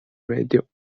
radio